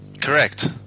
Correct